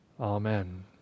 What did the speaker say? Amen